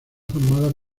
formada